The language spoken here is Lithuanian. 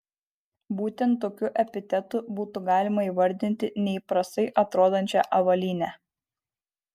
būtent tokiu epitetu būtų galima įvardyti neįprastai atrodančią avalynę